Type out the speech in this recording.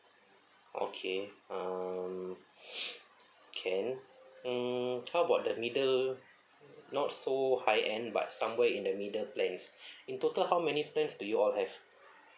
okay um can mm how about the middle not so high end but somewhere in the middle plans in total how many plans do you all have